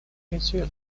делать